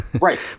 Right